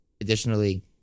additionally